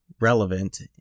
Relevant